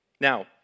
now